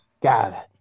God